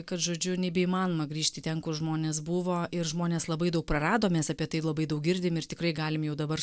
kad žodžiu nebeįmanoma grįžti ten kur žmonės buvo ir žmonės labai daug prarado mes apie tai labai daug girdim ir tikrai galim jau dabar